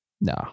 No